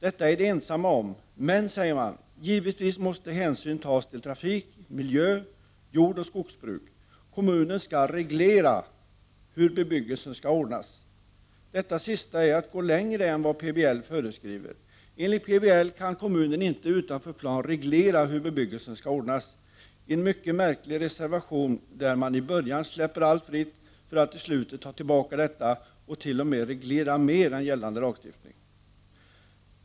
Detta är de ensamma om. Men, säger man, givetvis måste hänsyn tas till trafik, miljö, jordoch skogsbruk. Kommunen skall reglera hur bebyggelsen skall ordnas. Detta sista är att gå längre än vad PBL föreskriver. Enligt PBL kan kommunen inte utanför plan reglera hur bebyggelsen skall ordnas. Det är en mycket märklig reservation, där man i början släpper allt fritt för att i slutet ta tillbaka detta och t.o.m. reglera mera än gällande lagstiftning.